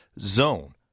zone